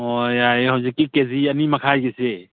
ꯑꯣ ꯌꯥꯏꯌꯦ ꯍꯧꯖꯤꯛꯀꯤ ꯀꯦ ꯖꯤ ꯑꯅꯤꯃꯈꯥꯏꯒꯤꯁꯦ